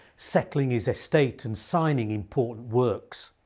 settling his estate and signing important works.